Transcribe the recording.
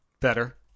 better